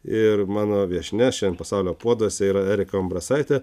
ir mano viešnia šiandien pasaulio puoduose yra erika umbrasaitė